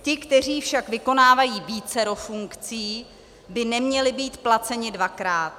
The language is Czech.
Ti, kteří však vykonávají vícero funkcí, by neměli být placeni dvakrát.